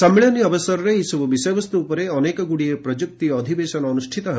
ସମ୍ମିଳନୀ ଅବସରରେ ଏହିସବୁ ବିଷୟବସ୍ତୁ ଉପରେ ଅନେକଗୁଡ଼ିଏ ପ୍ରଯୁକ୍ତି ଅଧିବେଶନ ଅନୁଷ୍ଠିତ ହେବ